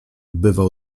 bywał